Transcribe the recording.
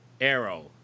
Arrow